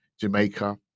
Jamaica